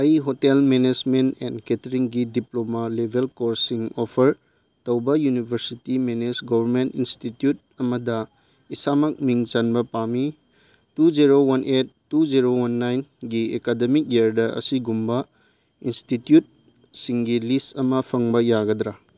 ꯑꯩ hotel management and ꯀꯦꯇꯔꯤꯡꯒꯤ diploma ꯂꯦꯕꯦꯜ ꯀꯣꯔꯁꯁꯤꯡ ꯑꯣꯐꯔ ꯇꯧꯕ ꯌꯨꯅꯤꯕꯔꯁꯤꯇꯤ ꯃꯦꯅꯦꯖ ꯒꯣꯕꯔꯃꯦꯟ ꯏꯟꯁꯇꯤꯇ꯭ꯌꯨꯠ ꯑꯃꯗ ꯏꯁꯥꯃꯛ ꯃꯤꯡ ꯆꯟꯕ ꯄꯥꯝꯃꯤ two zero one eight two zero one ꯅꯥꯏꯟꯒꯤ ꯑꯦꯀꯥꯗꯃꯤꯛ ꯏꯌꯔꯗ ꯑꯁꯤꯒꯨꯝꯕ ꯏꯟꯁꯇꯤꯇ꯭ꯌꯨꯠꯁꯤꯡꯒꯤ ꯂꯤꯁ ꯑꯃ ꯐꯪꯕ ꯌꯥꯒꯗ꯭ꯔꯥ